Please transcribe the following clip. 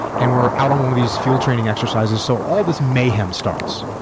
and we're out on one of these field training exercises. so all this mayhem starts.